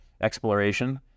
exploration